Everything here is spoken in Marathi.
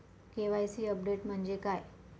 के.वाय.सी अपडेट म्हणजे काय?